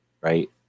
right